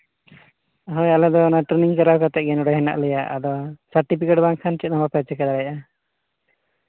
ᱦᱳᱭ ᱟᱞᱮ ᱫᱚ ᱚᱱᱟ ᱴᱨᱮᱹᱱᱤᱝ ᱠᱚᱨᱟᱣ ᱠᱟᱛᱮᱫ ᱜᱮ ᱱᱚᱸᱰᱮ ᱦᱮᱱᱟᱜ ᱞᱮᱭᱟ ᱟᱫᱚ ᱥᱟᱨᱴᱤᱯᱷᱤᱠᱮᱹᱴ ᱵᱟᱝᱠᱷᱟᱱ ᱪᱮᱫ ᱦᱚᱸ ᱵᱟᱯᱮ ᱪᱤᱠᱟᱹ ᱫᱟᱲᱮᱭᱟᱜᱼᱟ